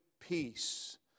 peace